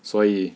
所以